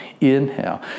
Inhale